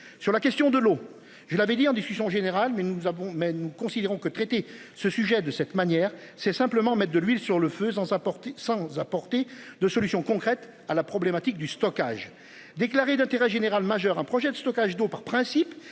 Sur la question de l'eau, je l'avais dit en discussion générale mais nous avons mais nous considérons que traiter ce sujet de cette manière, c'est simplement mettent de l'huile sur le feu dans sa portée sans apporter de solution concrète à la problématique du stockage déclaré d'intérêt général majeur, un projet de stockage d'eau par principe